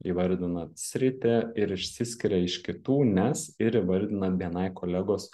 įvardinat sritį ir išsiskiria iš kitų nes ir įvardinat bni kolegos